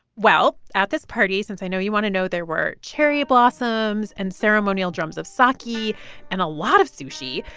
well, at this party since i know you want to know there were cherry blossoms and ceremonial drums of sake and a lot of sushi.